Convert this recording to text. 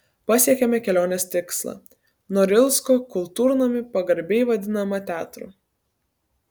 pasiekėme kelionės tikslą norilsko kultūrnamį pagarbiai vadinamą teatru